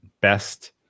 best